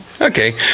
Okay